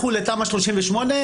לכו לתמ"א 38,